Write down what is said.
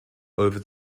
over